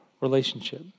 relationship